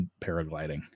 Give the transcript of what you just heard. paragliding